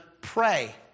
pray